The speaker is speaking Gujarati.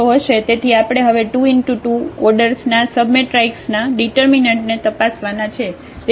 તેથી આપણે હવે 22 ઓર્ડરના સબમેટ્રાઇક્સના ડિટર્મિનન્ટને તપાસવાના છે